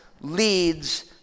leads